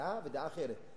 דעה ודעה אחרת.